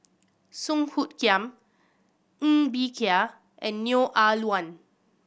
Song Hoot Kiam Ng Bee Kia and Neo Ah Luan